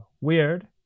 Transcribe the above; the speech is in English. weird